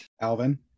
Alvin